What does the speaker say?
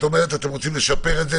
את אומרת שאתם רוצים לשפר את זה,